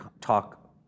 talk